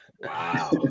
Wow